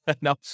No